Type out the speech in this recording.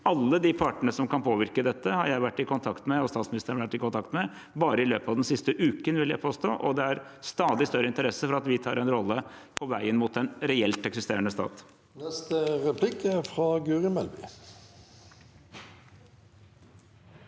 alle de partene som kan påvirke dette, har jeg og statsministeren vært i kontakt med bare i løpet av den siste uken, vil jeg påstå, og det er stadig større interesse for at vi tar en rolle på veien mot en reelt eksisterende stat.